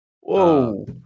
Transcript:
Whoa